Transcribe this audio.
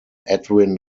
edwyn